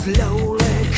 Slowly